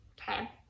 okay